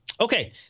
Okay